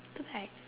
the bag